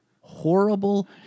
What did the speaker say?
horrible